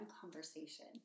conversation